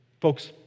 Folks